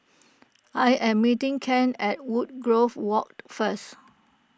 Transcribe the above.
I am meeting Kent at Woodgrove Walk first